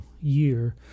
year